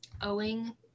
owing